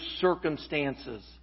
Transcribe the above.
circumstances